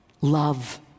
Love